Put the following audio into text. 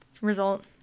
result